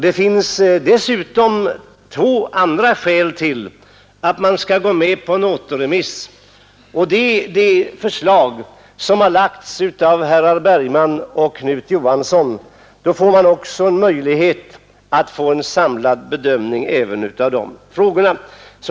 Det finns dessutom två andra skäl för en sådan återremiss, nämligen de förslag som lagts av herrar Bergman och Knut Johansson i Stockholm. Vid en sådan återremiss får vi också en möjlighet att göra en samlad bedömning av de frågorna.